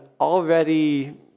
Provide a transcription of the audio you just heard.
already